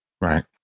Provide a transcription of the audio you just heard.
Right